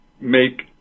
make